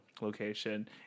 location